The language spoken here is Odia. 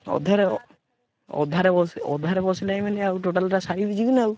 ଅଧାରେ ଅଧାରେ ବସି ଅଧାରେ ବସିଲାଣି ମାନେ ଆଉ ଟୋଟାଲଟା ସାରିକି ଯିବି ନା ଆଉ